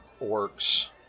orcs